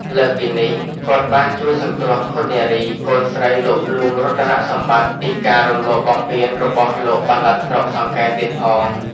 លើសពីនេះ គាត់បានជួយសង្គ្រោះឃុននារី កូនស្រីលោកហ្លួងរតនសម្បត្តិ ពីការរំលោភបំពានរបស់លោកបាឡាត់ស្រុកសង្កែទៀតផង។